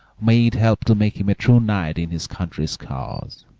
may it help to make him a true knight in his country's cause.